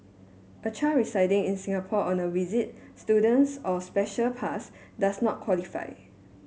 a child residing in Singapore on a visit student's or special pass does not qualify